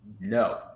no